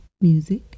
music